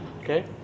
okay